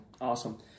awesome